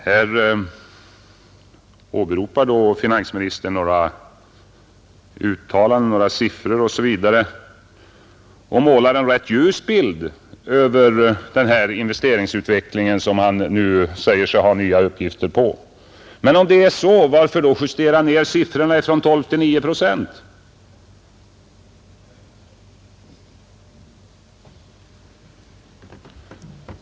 Här åberopar då finansministern några uttalanden och några siffror och målar en rätt ljus bild av investeringsutvecklingen, som han nu säger sig ha nya uppgifter om. Men om det nu är så, varför justera ned siffrorna från 12 till 9 procent?